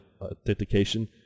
authentication